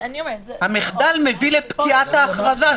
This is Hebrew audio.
המחדל מביא לפקיעת ההכרזה.